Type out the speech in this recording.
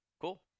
cool